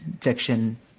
fiction